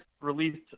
released